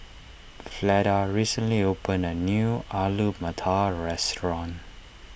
Fleda recently opened a new Alu Matar restaurant